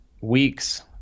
weeks